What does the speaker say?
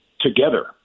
together